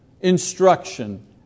instruction